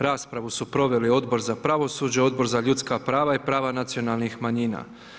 Raspravu su proveli Odbor za pravosuđe, Odbor za ljudska prava i prava nacionalnih manjina.